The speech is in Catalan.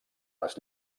les